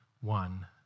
one